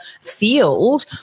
field